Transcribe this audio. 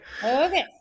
Okay